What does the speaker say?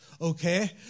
okay